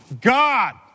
God